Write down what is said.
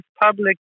public